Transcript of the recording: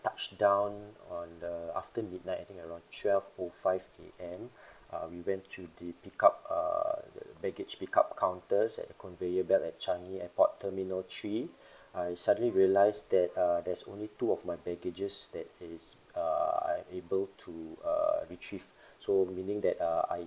touch down on the after midnight I think around twelve O five A_M uh we went to the pick up uh baggage pick up counters at the conveyor belt at changi airport terminal three I suddenly realised that uh there's only two of my baggage's that is uh I able to uh retrieve so meaning that uh I